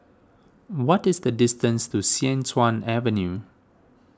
what is the distance to Sian Tuan Avenue